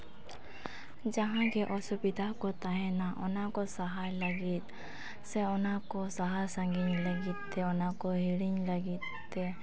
ᱡᱟᱦᱟ ᱜᱮ ᱚᱥᱩᱵᱤᱫᱟ ᱠᱚ ᱛᱟᱦᱮᱱᱟ ᱚᱱᱟ ᱠᱚ ᱥᱟᱦᱟᱭ ᱞᱟᱹᱜᱤᱫ ᱥᱮ ᱚᱱᱟ ᱠᱚ ᱥᱟᱦᱟ ᱥᱟᱺᱜᱤᱧ ᱞᱟᱹᱜᱤᱫᱛᱮ ᱚᱱᱟ ᱠᱚ ᱦᱤᱲᱤᱧ ᱞᱟᱹᱜᱤᱫᱛᱮ